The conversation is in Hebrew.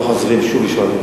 לא חוזרים שוב לשאול.